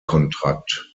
kontrakt